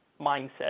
mindset